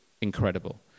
incredible